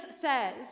says